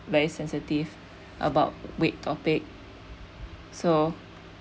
very sensitive about weight topic so